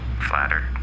Flattered